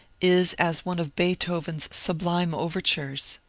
is as one of beethoven's sublime overtures.